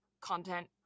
content